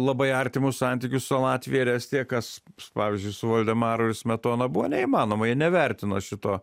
labai artimus santykius su latvija ir estija kas pavyzdžiui su voldemaru ir smetona buvo neįmanoma jie nevertino šito